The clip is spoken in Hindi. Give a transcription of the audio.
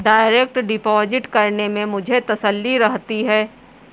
डायरेक्ट डिपॉजिट करने से मुझे तसल्ली रहती है